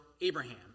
Abraham